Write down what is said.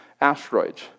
asteroids